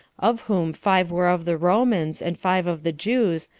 of whom five were of the romans, and five of the jews,